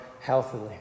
healthily